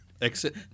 exit